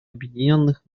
объединенных